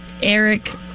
Eric